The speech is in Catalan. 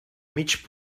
mig